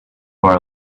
bar